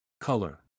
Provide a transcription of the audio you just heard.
Color